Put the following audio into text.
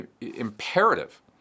imperative